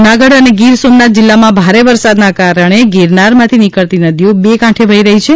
જુનાગઢ અને ગીરસોમનાથ જિલ્લામાં ભારે વરસાદના કારણે ગિરનારમાંથી નીકળતી નદીઓ બે કાંઠે વહી રહી છે